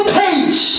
page